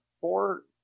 four